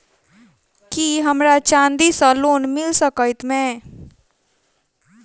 की हमरा चांदी सअ लोन मिल सकैत मे?